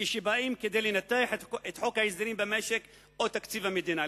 כשבאים לנתח את חוק ההסדרים במשק או את תקציב המדינה.